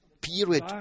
period